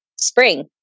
spring